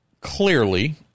Clearly